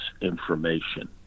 information